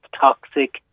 toxic